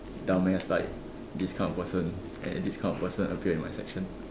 dumb ass like this kind of person and then this kind of person appear in my section